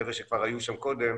החבר'ה שכבר היו שם קודם,